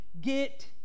get